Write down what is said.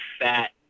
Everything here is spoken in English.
fat